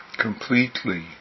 completely